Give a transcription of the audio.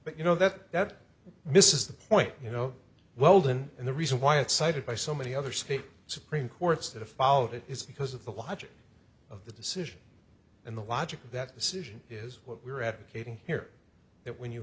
but you know that that misses the point you know weldon and the reason why it's cited by so many other state supreme courts to follow it is because of the logic of the decision and the logic of that decision is what we are advocating here that when you